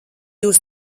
jūs